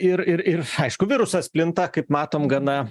ir ir ir aišku virusas plinta kaip matom gana